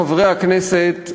חברי הכנסת,